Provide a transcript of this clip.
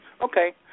Okay